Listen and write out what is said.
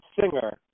singer